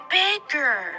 bigger